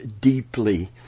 deeply